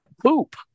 poop